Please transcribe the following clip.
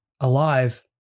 alive